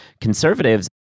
conservatives